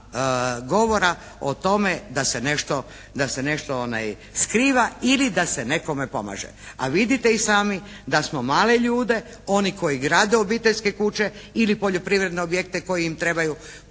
govora o tome da se nešto skriva ili da se nekome pomaže, a vidite i sami da smo male ljude, oni koji grade obiteljske kuće ili poljoprivredne objekte koji im trebaju